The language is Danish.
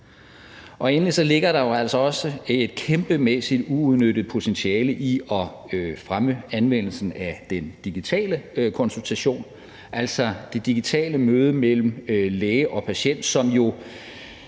Endelig ligger der jo altså også et kæmpemæssigt uudnyttet potentiale i at fremme anvendelsen af den digitale konsultation, altså det digitale møde mellem læge og patient, som jo